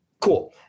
cool